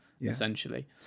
essentially